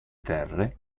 terre